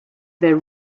their